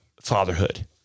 fatherhood